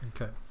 Okay